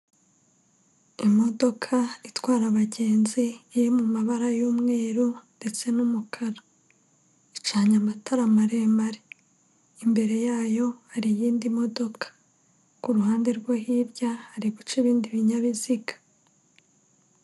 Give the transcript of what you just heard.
Imodoka itwara abagenzi iri mu mabara y'umweru ndetse n'umukara. Icanye amatara maremare. Imbere yayo hari iyindi modoka. Ku ruhande rwo hirya, hari guca ibindi binyabiziga.